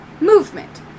movement